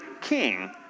king